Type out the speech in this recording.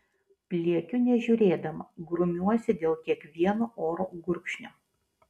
pliekiu nežiūrėdama grumiuosi dėl kiekvieno oro gurkšnio